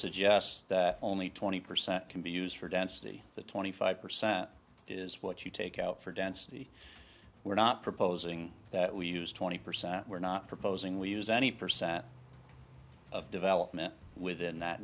suggest that only twenty percent can be used for density the twenty five percent is what you take out for density we're not proposing that we use twenty percent we're not proposing we use any percent of development within that